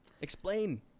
Explain